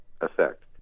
effect